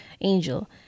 Angel